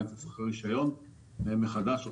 היא תצטרך רישיון מחדש?